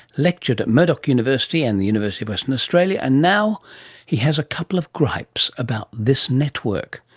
lectured at murdoch university and the university of western australia, and now he has a couple of gripes about this network.